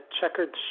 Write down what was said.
checkered